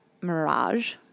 Mirage